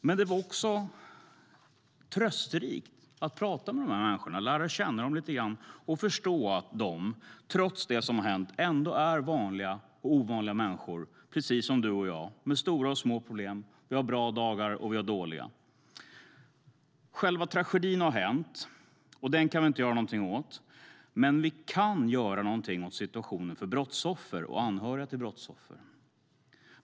Men det var trösterikt att tala med de människorna, lära känna dem lite grann och förstå att de, trots det som har hänt, ändå är vanliga och ovanliga människor, precis som du och jag, med stora och små problem. Vi har bra dagar, och vi har dåliga. Själva tragedin har hänt, och den kan vi inte göra någonting åt. Men vi kan göra någonting åt situationen för brottsoffer och anhöriga till brottsoffer.